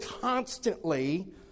constantly